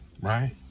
right